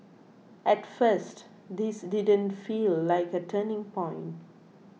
at first this didn't feel like a turning point